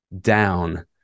down